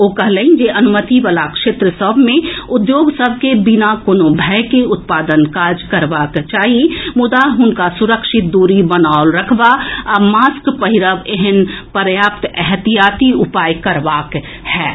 ओ कहलनि जे अनुमति वला क्षेत्र सभ मे उद्योग सभ के बिना कोनो भय के उत्पादन कार्य करबाक चाही मुदा हुनका सुरक्षित दूरी बनाओल रखबा आ मास्क पहिरब एहेन पर्याप्त एहतियाती उपाय करबाक होएत